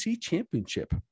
championship